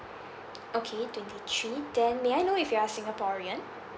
okay twenty three then may I know if you are singaporean